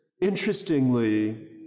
interestingly